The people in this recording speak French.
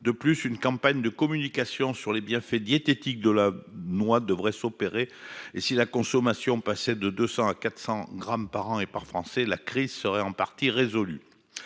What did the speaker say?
De plus, une campagne de communication sur les bienfaits diététiques de la noix doit s'opérer. Si la consommation passait de 200 à 400 grammes par an et par Français, la crise serait en partie résolue.